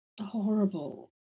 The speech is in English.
horrible